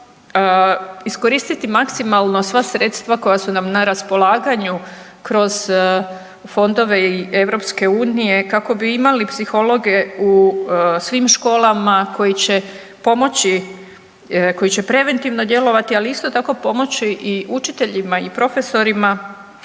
iskoristiti maksimalno sva sredstva koja su nam na raspolaganju kroz fondove EU kako bi imali psihologe u svim školama koji će pomoći, koji će preventivno djelovati, ali isto tako pomoći i učiteljima i profesorima